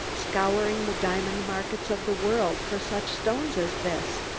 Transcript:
scouring the diamond markets of the world for such stones as this.